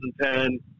2010